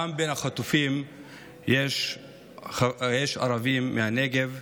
בין החטופים יש גם ערבים מהנגב,